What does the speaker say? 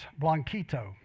Blanquito